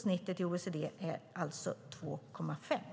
Snittet i OECD är alltså 2,5 procent.